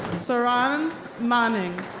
sheran manning.